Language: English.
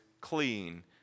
clean